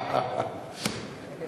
אוניברסיטת בן-גוריון,